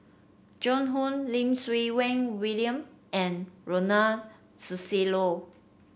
Joan Hon Lim Siew Wai William and Ronald Susilo